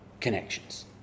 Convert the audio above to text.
connections